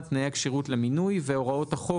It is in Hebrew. תנאי הכשירות למינוי והוראות החוק,